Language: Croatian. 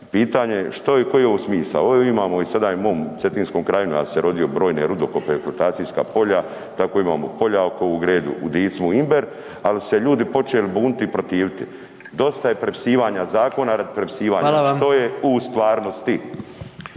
Pitanje je što je i koji je ovo smisao? Ovdje imamo i sada i u mom Cetinskom krajinu nam se rodio brojne rudokope, eksploatacijska polja, tako imamo Poljakovu Gredu, u Dicmu Imber, al su se ljudi počeli buniti i protiviti. Dosta je prepisivanja zakona, radi prepisivanja. …/Upadica: Hvala vam/… Što je u stvarnosti?